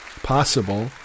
possible